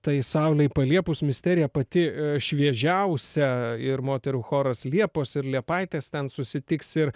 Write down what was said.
tai saulei paliepus misterija pati šviežiausia ir moterų choras liepos ir liepaitės ten susitiks ir